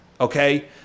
okay